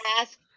ask